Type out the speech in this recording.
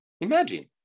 imagine